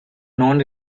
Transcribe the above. known